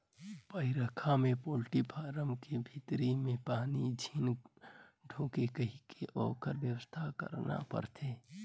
बइरखा में poultry farm के भीतरी में पानी झेन ढुंके कहिके ओखर बेवस्था करना परथे